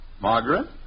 Margaret